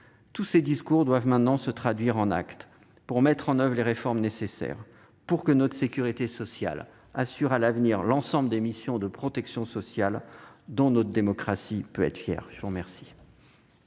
Tous ces discours doivent maintenant se traduire en actes pour mettre en oeuvre les réformes nécessaires et permettre à notre sécurité sociale d'assurer à l'avenir l'ensemble des missions de protection sociale dont notre démocratie peut être fière. La discussion